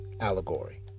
allegory